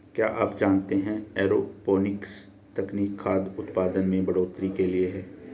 क्या आप जानते है एरोपोनिक्स तकनीक खाद्य उतपादन में बढ़ोतरी के लिए है?